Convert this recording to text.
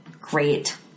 Great